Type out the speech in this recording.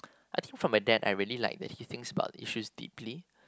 I think for my dad I really like that he thinks about the issues deeply